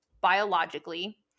biologically